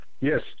Yes